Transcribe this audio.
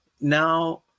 now